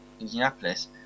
Indianapolis